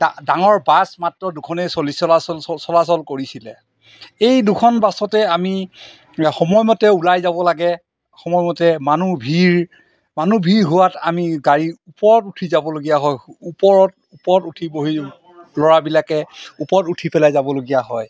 ডাঙৰ বাছ মাত্ৰ দুখনেই চলি চলাচল চলাচল কৰিছিলে এই দুখন বাছতে আমি সময়মতে ওলাই যাব লাগে সময়মতে মানুহ ভিৰ মানুহ ভিৰ হোৱাত আমি গাড়ী ওপৰত উঠি যাবলগীয়া হয় ওপৰত ওপৰত উঠি বহি ল'ৰাবিলাকে ওপৰত উঠি পেলাই যাবলগীয়া হয়